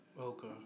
Okay